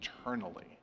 eternally